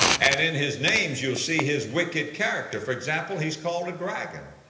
and in his names you'll see his wicked character. for example, he's called a dragon.